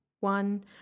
one